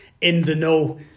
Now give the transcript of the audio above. in-the-know